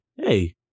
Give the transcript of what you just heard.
Hey